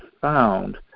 found